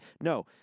no